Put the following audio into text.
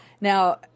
Now